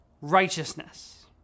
righteousness